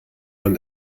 man